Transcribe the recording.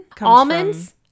Almonds